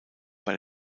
bei